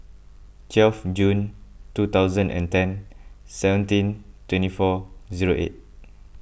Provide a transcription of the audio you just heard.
twelve June two thousand and ten seventeen twenty four zero eight